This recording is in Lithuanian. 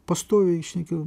pastoviai šnekėjo